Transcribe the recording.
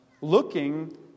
looking